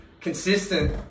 consistent